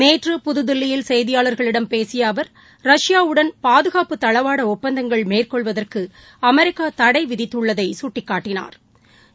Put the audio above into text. நேற்று புதுதில்லியில் செய்தியாளர்களிடம் பேசிய அவர் ரஷ்யாவுடன் பாதுகாப்பு தளவாட ஒப்பந்தங்கள் மேற்கொள்வதற்கு அமெரிக்கா தடை விதித்துள்ளதை சுட்டிக்காட்டினாா்